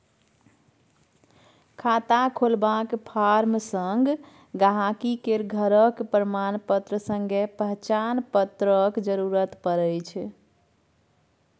खाता खोलबाक फार्म संग गांहिकी केर घरक प्रमाणपत्र संगे पहचान प्रमाण पत्रक जरुरत परै छै